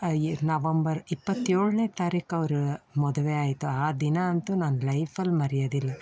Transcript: November ಇಪ್ಪತ್ತೇಳನೇ ತಾರೀಕು ಅವ್ರ ಮದ್ವೆ ಆಯಿತು ಆ ದಿನ ಅಂತೂ ನಾನು ಲೈಫಲ್ಲಿ ಮರ್ಯೋದಿಲ್ಲ